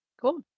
Cool